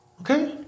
Okay